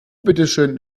bitteschön